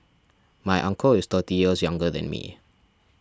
my uncle is thirty years younger than me